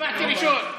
הצבעתי ראשון.